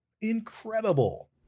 incredible